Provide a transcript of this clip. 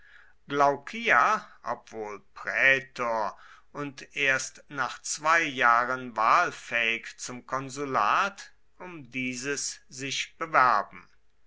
glaucia obwohl prätor und erst nach zwei jahren wahlfähig zum konsulat um dieses sich bewerben